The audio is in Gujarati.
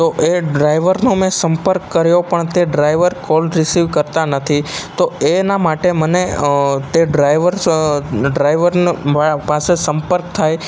તો એ ડ્રાઈવરનો મેં સંપર્ક કર્યો પણ તે ડ્રાઈવર કોલ રિસીવ કરતા નથી તો એના માટે મને તે ડ્રાઈવર ડ્રાઇવરનો પાસે સંપર્ક થાય